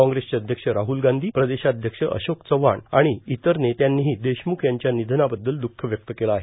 कांग्रेसचे अध्यक्ष राहल गांधी प्रदेशाध्यक्ष अशोक चव्हाण आणि इतर नेत्यांनीही देशम्ख यांच्या निधनाबद्दल द्ःख व्यक्त केलं आहे